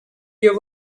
you